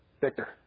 Victor